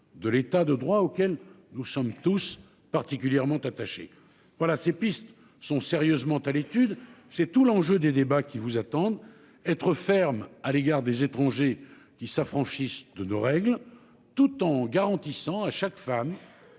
de l'État de droit auquel nous sommes tous particulièrement attaché. Voilà ces pistes sont sérieusement à l'étude. C'est tout l'enjeu des débats qui vous attendent, être ferme à l'égard des étrangers qui s'affranchissent de nos règles tout en garantissant à chaque femme.